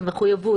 זו מחויבות.